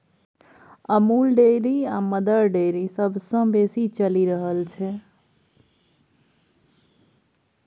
Amul dairy आ mother dairy सबसँ बेसी चलि रहल छै